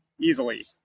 easily